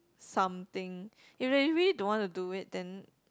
something if really really don't wanna do it then